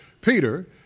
Peter